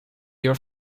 your